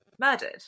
murdered